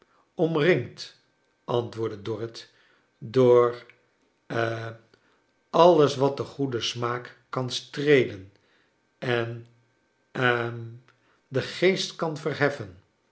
antwoordde dorrit j door ha alles wat den goeden smaak kan streelen en hm den geest kan verheffen